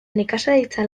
nekazaritza